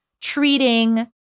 treating